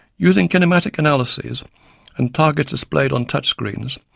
using kinematic analyses and targets displayed on touch screens,